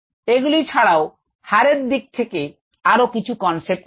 এগুলি ছাড়াও হারের দিক থেকে আরও কিছু কনসেপ্ট রয়েছে